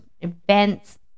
events